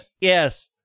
Yes